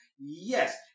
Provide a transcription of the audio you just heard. Yes